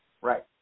Right